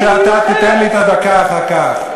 שאתה תיתן לי את הדקה אחר כך.